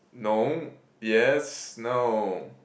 no yes no